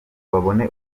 babone